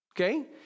Okay